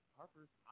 Harper's